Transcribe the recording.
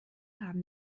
haben